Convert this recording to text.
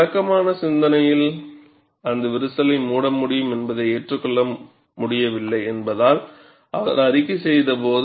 வழக்கமான சிந்தனையால் அந்த விரிசலை மூட முடியும் என்பதை ஏற்றுக்கொள்ள முடியவில்லை என்பதால் அவர் அறிக்கை செய்தபோது